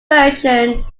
version